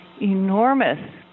enormous